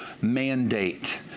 mandate